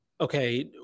okay